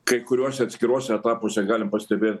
kai kuriuose atskiruose etapuose galim pastebėt